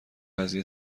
قضیه